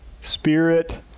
spirit